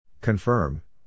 Confirm